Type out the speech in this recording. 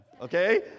Okay